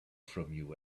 from